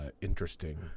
interesting